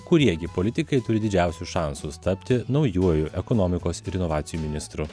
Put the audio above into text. kurie gi politikai turi didžiausius šansus tapti naujuoju ekonomikos ir inovacijų ministru